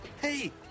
hey